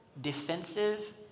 defensive